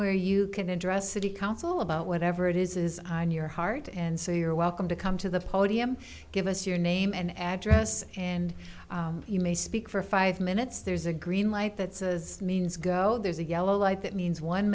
where you can address city council about whatever it is is on your heart and so you're welcome to come to the podium give us your name and address and you may speak for five minutes there's a green light that says means go there's a yellow light that means one